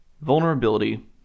vulnerability